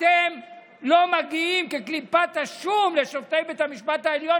אתם לא מגיעים כקליפת השום לשופטי בית המשפט העליון.